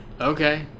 Okay